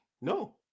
No